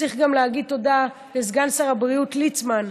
צריך גם להגיד תודה לסגן שר הבריאות ליצמן,